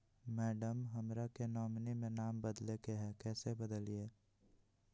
madam, हमरा के nominee में नाम बदले के हैं, कैसे बदलिए